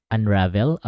Unravel